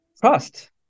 trust